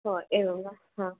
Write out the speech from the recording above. हो एवं वा हा